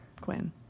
Quinn